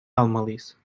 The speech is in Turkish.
almalıyız